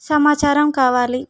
సమాచారం కావాలి